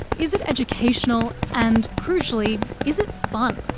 is it educational, and, crucially, is it fun?